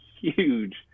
huge